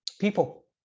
people